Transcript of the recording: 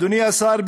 אדוני השר,